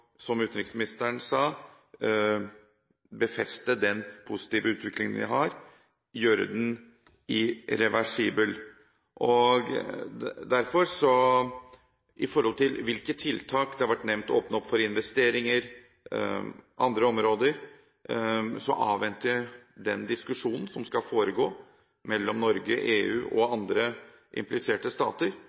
befeste den positive utviklingen vi har, gjøre den irreversibel. Med hensyn til tiltak – det har vært nevnt å åpne opp for investeringer, andre områder – så avventer jeg den diskusjonen som skal foregå mellom Norge, EU og andre impliserte stater,